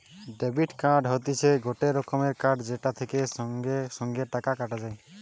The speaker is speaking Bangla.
ডেবিট কার্ড হতিছে গটে রকমের কার্ড যেটা থেকে সঙ্গে সঙ্গে টাকা কাটা যায়